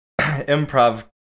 improv